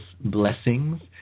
blessings